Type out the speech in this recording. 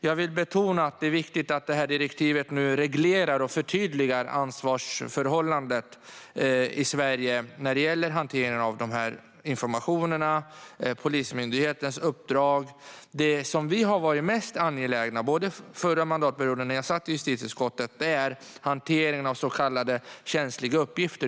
Jag vill betona att det är viktigt att det här direktivet nu reglerar och förtydligar ansvarsförhållandet i Sverige när det gäller hanteringen av den här informationen och Polismyndighetens uppdrag. Det som vi har varit mest angelägna om, både under förra mandatperioden och nu när jag har suttit i justitieutskottet, är hanteringen av så kallade känsliga uppgifter.